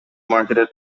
marketed